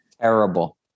Terrible